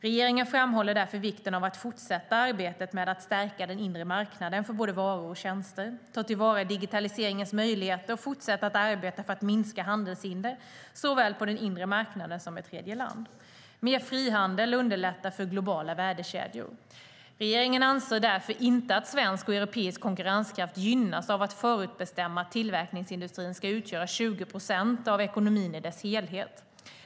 Regeringen framhåller därför vikten av att fortsätta arbetet med att stärka den inre marknaden för både varor och tjänster, att ta till vara digitaliseringens möjligheter och att fortsätta att arbeta för att minska handelshinder såväl på den inre marknaden som med tredje land. Mer frihandel underlättar för globala värdekedjor. Regeringen anser därför inte att svensk och europeisk konkurrenskraft gynnas av att förutbestämma att tillverkningsindustrin ska utgöra 20 procent av ekonomin i dess helhet.